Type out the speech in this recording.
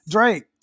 Drake